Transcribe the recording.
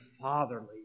fatherly